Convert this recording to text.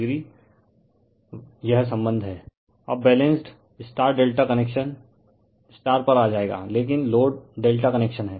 refer slide time 0501 अब balanced connection पर आ जाएगा लेकिन लोड ∆ कनेक्शन है